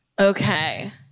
Okay